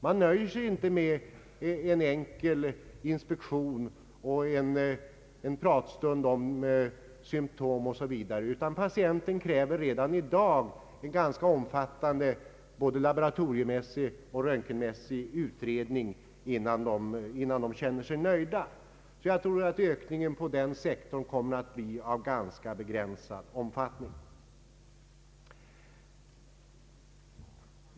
Man nöjer sig inte med en enkel inspektion och en pratstund om symtom o. s. v., utan patienten kräver en ganska omfattande laboratorieoch röntgenutredning innan han känner sig nöjd. Jag tror att ökningen på den sektorn kommer att bli av ganska begränsad omfattning.